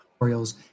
tutorials